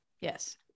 Yes